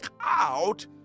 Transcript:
out